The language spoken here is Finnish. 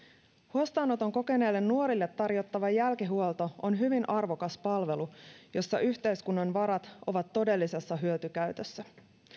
huostaanoton kokeneille nuorille tarjottava jälkihuolto on hyvin arvokas palvelu jossa yhteiskunnan varat ovat todellisessa hyötykäytössä